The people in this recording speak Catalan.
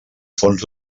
fons